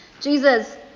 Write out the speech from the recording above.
Jesus